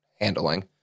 handling